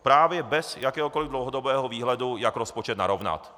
Právě bez jakéhokoli dlouhodobého výhledu, jak rozpočet narovnat.